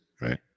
right